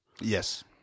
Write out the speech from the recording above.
yes